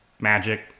magic